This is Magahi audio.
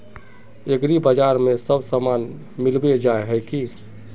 एग्रीबाजार में सब सामान मिलबे जाय है की?